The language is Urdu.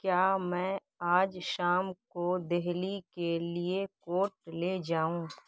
کیا میں آج شام کو دہلی کے لیے کوٹ لے جاؤں